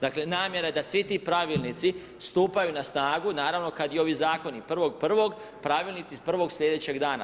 Dakle, namjera je da svi ti pravilnici stupaju na snagu, naravno kad i ovi Zakoni, 1.1. pravilnici 1. slijedećeg dana.